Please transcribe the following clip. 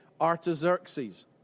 Artaxerxes